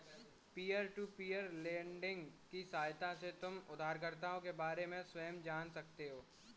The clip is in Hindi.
पीयर टू पीयर लेंडिंग की सहायता से तुम उधारकर्ता के बारे में स्वयं जान सकते हो